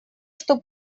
что